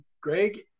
Greg